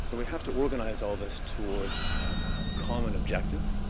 so we have to organize all this towards a common objective.